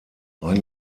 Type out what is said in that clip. ein